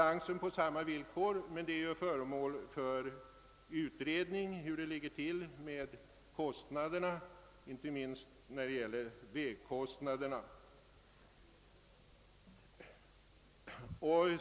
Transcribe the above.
Sedan kan det ju ifrågasättas om man har lyckats åstadkomma konkurrens på lika villkor, men den saken är ju i annat sammanhang föremål för utredning.